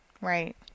Right